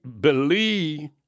believe